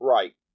Right